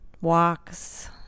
walks